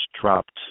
dropped